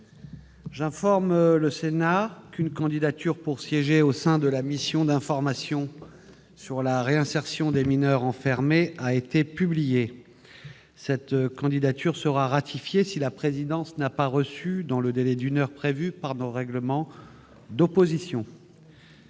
J'informe le Sénat qu'une candidature pour siéger au sein de la mission d'information sur la réinsertion des mineurs enfermés a été publiée. Cette candidature sera ratifiée si la présidence n'a pas reçu d'opposition dans le délai d'une heure prévu par notre règlement. La parole